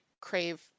crave